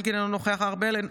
אינו נוכח דן אילוז,